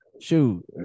Shoot